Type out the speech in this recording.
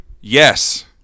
Yes